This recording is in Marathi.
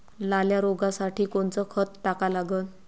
लाल्या रोगासाठी कोनचं खत टाका लागन?